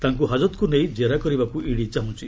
ତାଙ୍କୁ ହାଜତକୁ ନେଇ ଜେରା କରିବାକୁ ଇଡି ଚାହୁଛି